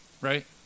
Right